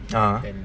ah